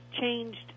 changed